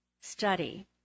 study